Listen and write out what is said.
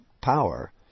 power